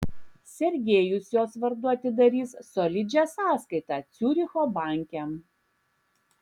sergejus jos vardu atidarys solidžią sąskaitą ciuricho banke